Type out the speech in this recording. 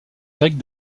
grecs